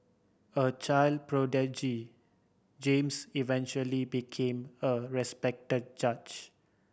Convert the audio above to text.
a child prodigy James eventually became a respect judge